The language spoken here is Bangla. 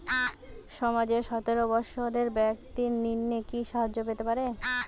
সমাজের সতেরো বৎসরের ব্যাক্তির নিম্নে কি সাহায্য পেতে পারে?